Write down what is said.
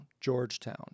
Georgetown